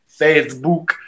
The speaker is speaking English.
Facebook